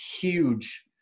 huge